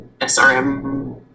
SRM